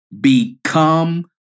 become